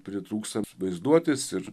pritrūksta vaizduotės ir